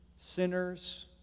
Sinners